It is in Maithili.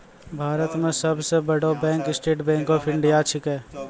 भारतो मे सब सं बड़ो bank State Bank of India छिकै